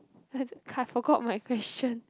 I forgot my question